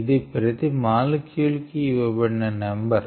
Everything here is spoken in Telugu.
ఇది ప్రతి మాలిక్యూల్ కి ఇవ్వబడిన ఒక నెంబరు